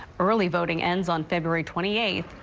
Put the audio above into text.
early voting ends on february twenty eighth.